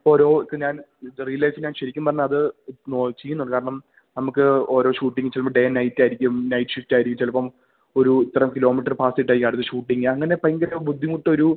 ഇപ്പോരോ ഇപ്പൊ ഞാൻ റിയൽ ലൈഫിൽ ഞാൻ ശരിക്കും പറഞ്ഞാ അത് നോ ചെയ്യുന്നുണ്ട് കാരണം നമ്മക്ക് ഓരോ ഷൂട്ടിംഗ് ചെലപ്പൊ ഡെ നൈറ്റായിരിക്കും നൈറ്റ് ഷിഫ്റ്റായിരിക്കും ചെലപ്പം ഒരു ഇത്ര കിലോമീറ്റർ ഭാഗത്ത് ഇട്ടേക്കാ അട്ത്ത് ഷൂട്ടിംഗ് അങ്ങനെ പയങ്കര ബുദ്ധിമുട്ടൊരൂ